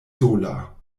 sola